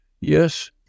Yes